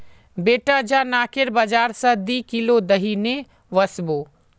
बेटा जा नाकेर बाजार स दी किलो दही ने वसबो